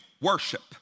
worship